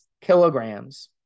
kilograms